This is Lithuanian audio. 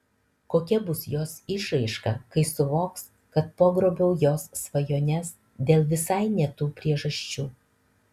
kokia bus jos išraiška kai suvoks kad pagrobiau jos svajones dėl visai ne tų priežasčių